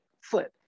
foot